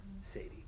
Sadie